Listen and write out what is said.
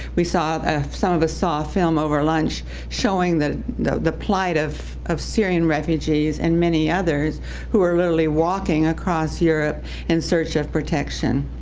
we saw some of a saw film over lunch showing the the the plight of of syrian refugees and many others who are literally walking across europe in search of protection,